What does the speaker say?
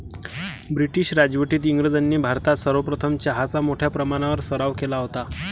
British राजवटीत इंग्रजांनी भारतात सर्वप्रथम चहाचा मोठ्या प्रमाणावर सराव केला होता